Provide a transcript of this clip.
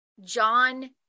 John